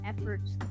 efforts